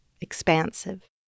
expansive